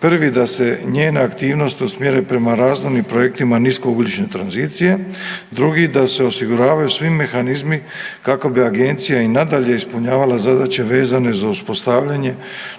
Prvi da se njena aktivnost usmjeri prema razvojnim projektima niskougljične tranzicije, drugi da se osiguravaju svi mehanizmi kako bi agencija i nadalje ispunjavala zadaće vezane za uspostavljanje,